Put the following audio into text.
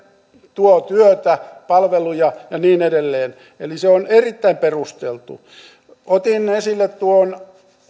tuo työtä palveluja ja niin edelleen eli se on erittäin perusteltu otin esille tuon